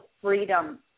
freedom